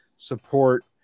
support